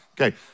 Okay